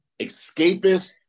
escapist